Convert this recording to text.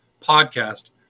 podcast